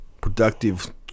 productive